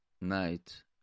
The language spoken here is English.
night